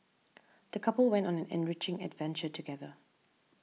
the couple went on an enriching adventure together